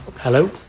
Hello